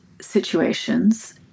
situations